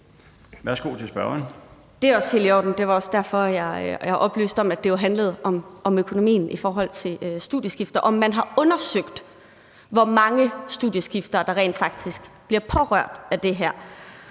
også helt i orden. Det var også derfor, jeg oplyste om, at det jo handlede om økonomien i forhold til studieskiftere – om man har undersøgt, hvor mange studieskiftere der rent faktisk bliver påvirket af det her.